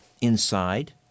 inside